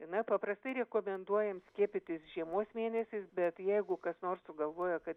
na paprastai rekomenduojam skiepytis žiemos mėnesiais bet jeigu kas nors sugalvoja kad